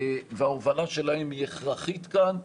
וההובלה שלהם היא הכרחית כאן,